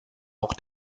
auch